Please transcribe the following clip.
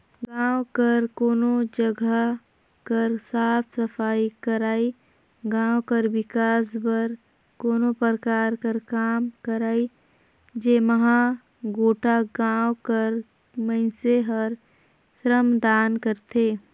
गाँव कर कोनो जगहा कर साफ सफई करई, गाँव कर बिकास बर कोनो परकार कर काम करई जेम्हां गोटा गाँव कर मइनसे हर श्रमदान करथे